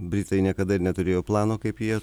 britai niekada ir neturėjo plano kaip jie